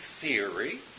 theory